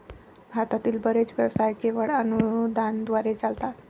भारतातील बरेच व्यवसाय केवळ अनुदानाद्वारे चालतात